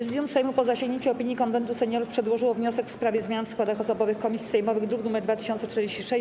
Prezydium Sejmu, po zasięgnięciu opinii Konwentu Seniorów, przedłożyło wniosek w sprawie zmian w składach osobowych komisji sejmowych, druk nr 2046.